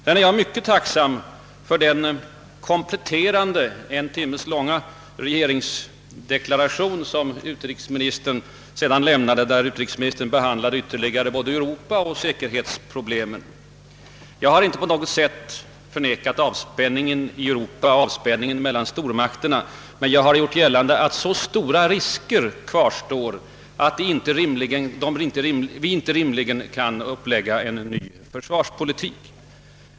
Sedan är jag mycket tacksam för den kompletterande, en timme långa regeringsdeklaration som utrikesministern lämnade i sitt andra anförande och där utrikesministern ytterligare behandlade både Europa och säkerhetsproblemen. Jag har inte på något sätt förnekat avspänningen i Europa mellan stormakterna, men jag har gjort gällande att så stora risker kvarstår att vi inte rimligen kan lägga upp en ny försvarspolitik.